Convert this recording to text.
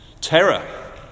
Terror